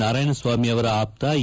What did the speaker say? ನಾರಾಯಣಸ್ವಾಮಿ ಅವರ ಆಪ್ತ ಎ